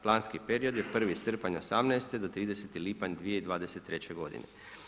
Planski period je 1. srpanj 2018. do 30. lipanj 2023. godine.